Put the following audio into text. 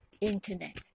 internet